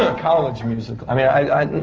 ah college musicals. i mean, i. i